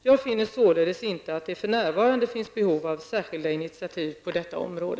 Jag finner således inte att det för närvarande finns behov av särskilda initiativ på detta område.